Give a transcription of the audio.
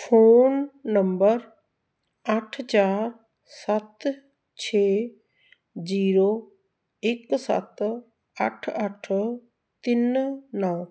phone number ਅੱਠ ਚਾਰ ਸੱਤ ਛੇ ਜੀਰੋ ਇੱਕ ਸੱਤ ਅੱਠ ਅੱਠ ਤਿੰਨ ਨੌਂ